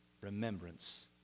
remembrance